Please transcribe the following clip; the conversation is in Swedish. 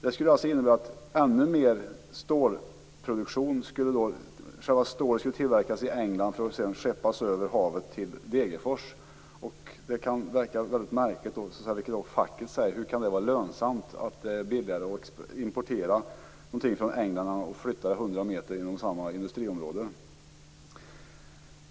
Det skulle innebära att själva stålet skulle tillverkas i England för att sedan skeppas över havet till Degerfors. Det kan verka mycket märkligt, vilket facket säger. Hur kan det vara billigare att importera någonting från England än att flytta det 100 meter inom samma industriområde?